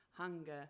hunger